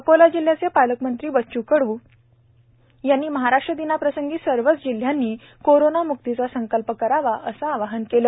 अकोला जिल्ह्याचे पालकमंत्री बच्चू कडू यांनी महाराष्ट्र दिनाप्रसंगी सर्वच जिल्ह्यांनी करोनामुक्तीचा संकल्प करावा असे आवाहन केले